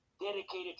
dedicated